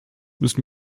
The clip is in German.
müssen